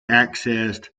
accessed